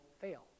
fail